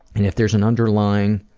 and if there's an underlying